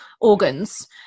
organs